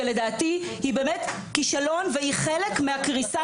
שלדעתי היא באמת כישלון והיא חלק מהקריסה